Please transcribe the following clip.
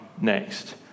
next